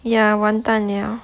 ya 完蛋了